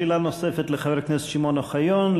שאלה נוספת לחבר הכנסת שמעון אוחיון.